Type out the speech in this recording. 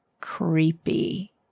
creepy